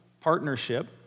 partnership